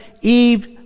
Eve